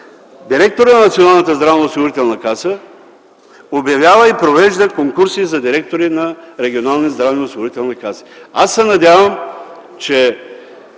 Директорът на Националната здравноосигурителна каса обявява и провежда конкурси за директори на регионалните здравноосигурителни каси. Аз се надявам, че